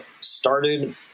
started